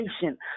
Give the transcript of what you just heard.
patient